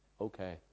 Okay